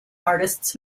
artists